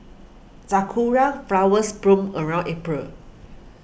sakura flowers bloom around April